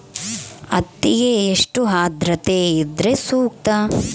ಹತ್ತಿಗೆ ಎಷ್ಟು ಆದ್ರತೆ ಇದ್ರೆ ಸೂಕ್ತ?